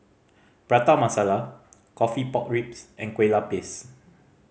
Prata Masala coffee pork ribs and kue lupis